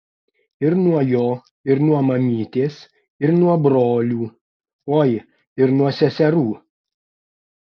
ir nuo jo ir nuo mamytės ir nuo brolių oi ir nuo seserų